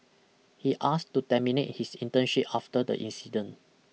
he asked to terminate his internship after the incident